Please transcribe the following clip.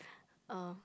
uh